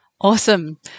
Awesome